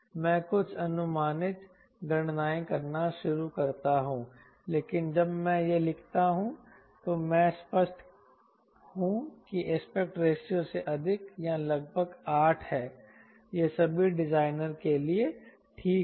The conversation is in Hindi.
मैं कुछ अनुमानित गणनाएँ करना शुरू करता हूँ लेकिन जब मैं यह लिखता हूँ तो मैं स्पष्ट हूँ कि एस्पेक्ट रेशियो से अधिक या लगभग 8 है ये सभी डिज़ाइनर के लिए ठीक हैं